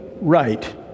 right